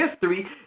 history